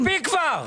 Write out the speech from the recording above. מספיק כבר.